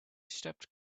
stepped